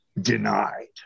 denied